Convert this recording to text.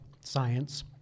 science